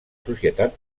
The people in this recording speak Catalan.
societat